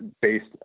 based